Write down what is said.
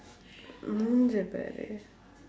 உன் மூஞ்சே பாரு:un muunjsee paaru